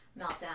meltdown